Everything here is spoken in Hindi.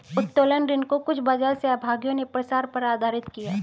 उत्तोलन ऋण को कुछ बाजार सहभागियों ने प्रसार पर आधारित किया